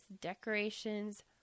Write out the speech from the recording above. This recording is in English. decorations